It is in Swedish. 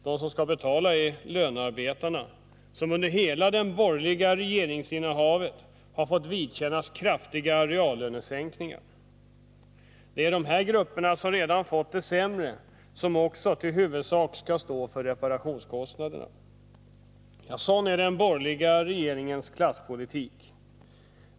De som skall betala är lönearbetarna, som under hela det borgerliga regeringsinnehavet har fått vidkännas kraftiga reallönesänkningar. Det är dessa grupper som redan fått det sämre som också till huvudsak skall stå för reparationskostnaderna. Sådan är den borgerliga regeringens klasspolitik.